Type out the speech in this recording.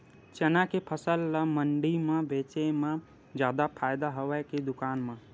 चना के फसल ल मंडी म बेचे म जादा फ़ायदा हवय के दुकान म?